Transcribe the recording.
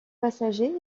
passager